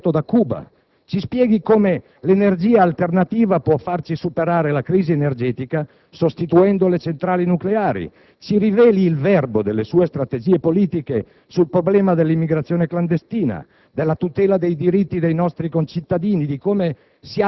Ci spieghi il suo piano case: importeremo forse il progetto da Cuba? Ci spieghi come l'energia alternativa può farci superare la crisi energetica, sostituendo le centrali nucleari. Ci riveli il verbo delle sue strategie politiche sul problema dell'immigrazione clandestina,